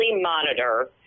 monitor